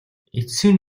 эцсийн